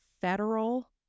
federal